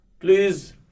please